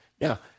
Now